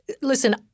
listen